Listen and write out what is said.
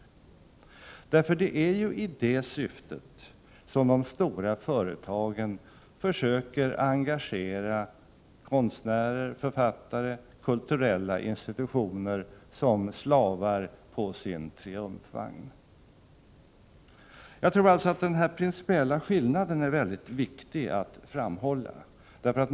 Det är ju i det syftet som de stora företagen försöker engagera konstnärer, författare och kulturella institutioner som slavar på sin triumfvagn. Jag tror att den principiella skillnaden är viktig att framhålla.